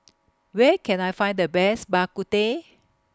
Where Can I Find The Best Bak Kut Teh